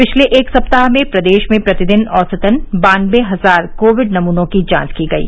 पिछले एक सप्ताह में प्रदेश में प्रतिदिन औसतन बानबे हजार कोविड नमूनों की जांच की गयी